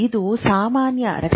ಇದು ಸಾಮಾನ್ಯ ರಚನೆ